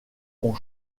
ont